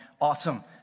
awesome